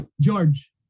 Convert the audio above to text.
George